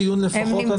בדיון לפחות,